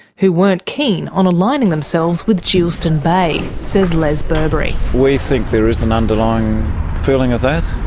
who weren't keen on aligning themselves with geilston bay, says les burbury. we think there is an underlying feeling of that,